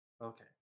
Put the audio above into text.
Okay